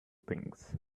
things